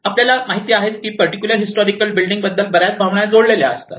आपल्याला माहिती आहेच की पर्टिक्युलर हिस्टॉरिकल बिल्डिंग बद्दल बर्याच भावना जोडलेल्या असतात